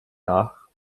nach